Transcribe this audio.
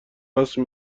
وصل